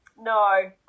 no